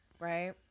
Right